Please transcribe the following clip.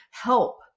help